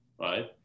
right